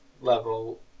level